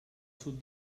sud